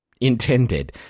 intended